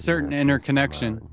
certain inner connection,